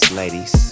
ladies